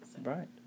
Right